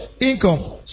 Income